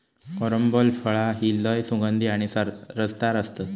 carambola फळा ही लय सुगंधी आणि रसदार असतत